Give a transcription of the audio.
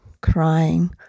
crying